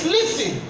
Listen